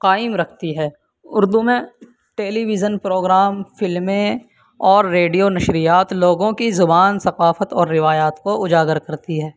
قائم رکھتی ہے اردو میں ٹیلیویژن پروگرام فلمیں اور ریڈیو نشریات لوگوں کی زبان ثقافت اور روایات کو اجاگر کرتی ہے